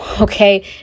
okay